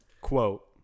Quote